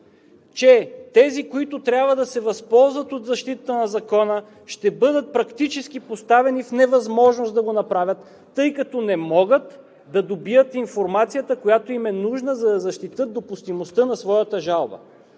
че тези, които трябва да се възползват от защитата на Закона, ще бъдат практически поставени в невъзможност да го направят, тъй като не могат да добият информацията, която им е нужна, за да защитят допустимостта на своята жалба.